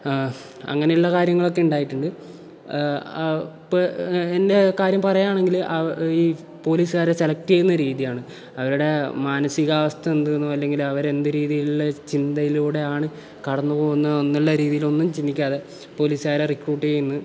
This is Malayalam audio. അങ്ങനെയുള്ള കാര്യങ്ങളൊക്കെ ഉണ്ടായിട്ടുണ്ട് എൻ്റെ കാര്യം പറയുകയാണെങ്കിൽ ആ ഈ പോലീസുകാരെ സെലക്ട് ചെയ്യുന്ന രീതിയാണ് അവരുടെ മാനസികാവസ്ഥ എന്താണെന്ന് അല്ലെങ്കിൽ അവർ എന്ത് രീതിയിലുള്ള ചിന്തയിലൂടെ ആണ് കടന്നു പോകുന്നത് എന്നുള്ള രീതിയിലൊന്നും ചിന്തിക്കാതെ പോലീസുകാരെ റിക്രൂട്ട് ചെയ്യുന്നത്